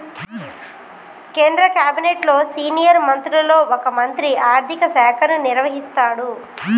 కేంద్ర క్యాబినెట్లో సీనియర్ మంత్రులలో ఒక మంత్రి ఆర్థిక శాఖను నిర్వహిస్తాడు